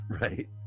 Right